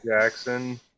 jackson